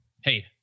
Hey